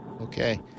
okay